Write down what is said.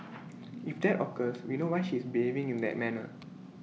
if that occurs we know why she is behaving in that manner